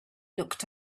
looked